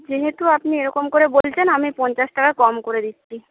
যেহেতু আপনি এরকম করে বলছেন আমি পঞ্চাশ টাকা কম করে দিচ্ছি